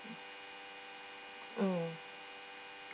mm